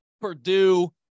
Purdue